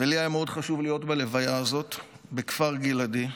לי היה מאוד חשוב להיות בלוויה הזאת בכפר גלעדי,